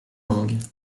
longues